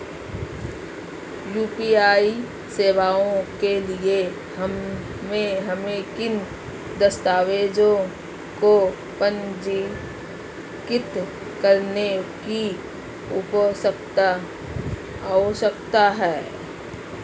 UPI सेवाओं के लिए हमें किन दस्तावेज़ों को पंजीकृत करने की आवश्यकता है?